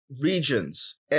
regions